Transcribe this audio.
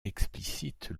explicite